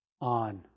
on